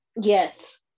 Yes